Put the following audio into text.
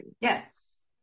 Yes